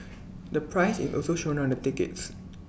the price is also shown on the tickets